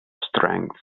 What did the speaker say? strengths